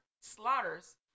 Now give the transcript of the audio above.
slaughters